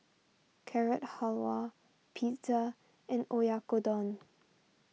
Carrot Halwa Pizza and Oyakodon